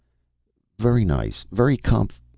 very nice. very comf.